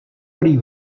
prý